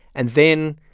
and then,